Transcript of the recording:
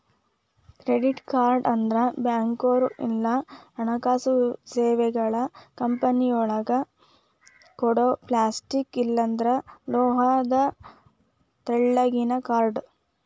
credit card ಅಂದ್ರ ಬ್ಯಾಂಕ್ನೋರ್ ಇಲ್ಲಾ ಹಣಕಾಸು ಸೇವೆಗಳ ಕಂಪನಿಯೊರ ಕೊಡೊ ಪ್ಲಾಸ್ಟಿಕ್ ಇಲ್ಲಾಂದ್ರ ಲೋಹದ ತೆಳ್ಳಗಿಂದ ಕಾರ್ಡ್